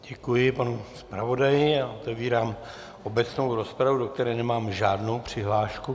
Děkuji, panu zpravodaji a otevírám obecnou rozpravu, do které nemám žádnou přihlášku.